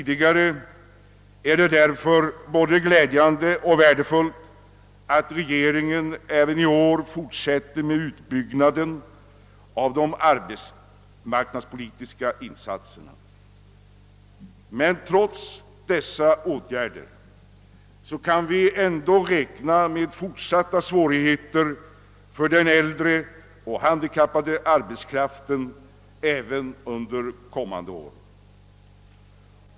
Det är därför både glädjande och värdefullt att regeringen även i år fortsätter med utbyggnaden av de arbetsmarknadspolitiska insatserna. Trots dessa åtgärder kan vi dock räkna med fortsatta svårigheter för den äldre och handikappade arbetskraften även under kommande år.